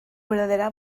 verdadera